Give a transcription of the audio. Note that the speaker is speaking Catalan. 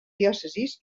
diòcesis